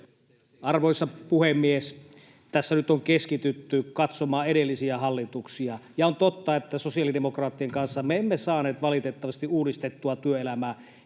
Arvoisa puhemies! Tässä nyt on keskitytty katsomaan edellisiä hallituksia, ja on totta, että sosiaalidemokraattien kanssa me emme saaneet valitettavasti uudistettua työelämää